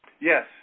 Yes